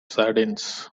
sardines